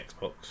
Xbox